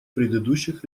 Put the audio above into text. предыдущих